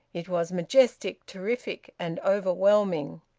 it was majestic, terrific, and overwhelming.